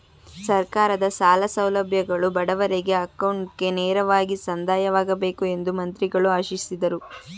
ಸರ್ಕಾರದ ಸಾಲ ಸೌಲಭ್ಯಗಳು ಬಡವರಿಗೆ ಅಕೌಂಟ್ಗೆ ನೇರವಾಗಿ ಸಂದಾಯವಾಗಬೇಕು ಎಂದು ಮಂತ್ರಿಗಳು ಆಶಿಸಿದರು